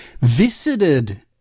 visited